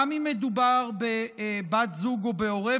גם אם מדובר בבת זוג או בהורה,